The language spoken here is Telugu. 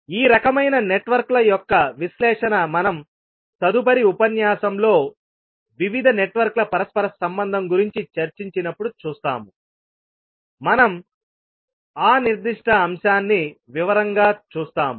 ఈ రకమైన నెట్వర్క్ల యొక్క విశ్లేషణ మనం తదుపరి ఉపన్యాసంలో వివిధ నెట్వర్క్ల పరస్పర సంబంధం గురించి చర్చించినప్పుడు చూస్తాముమనం ఆ నిర్దిష్ట అంశాన్ని వివరంగా చూస్తాము